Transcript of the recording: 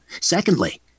Secondly